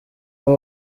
uwo